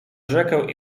rzekę